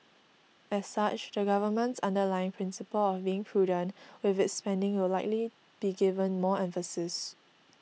as such the government's underlying principle of being prudent with its spending will likely be given more emphasis